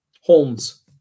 Holmes